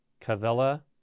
Cavella